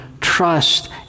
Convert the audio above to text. trust